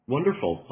Wonderful